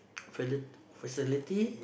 fali~ facility